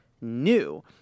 new